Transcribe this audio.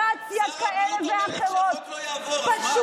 המכילים ריכוז שונה של חומרים פעילים,